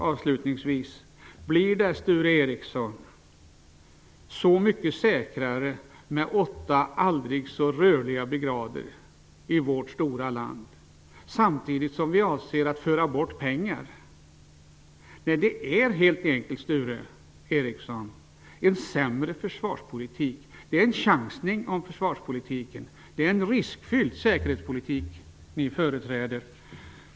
Avslutningsvis: Blir det, Sture Ericson, så mycket säkrare med åtta aldrig så rörliga brigader i vårt stora land, samtidigt som vi avser att föra bort pengar? Det är helt enkelt, Sture Ericson, en sämre försvarspolitik. Det är en chansning vad gäller försvarspolitiken. Det är en riskfylld säkerhetspolitik som ni företräder.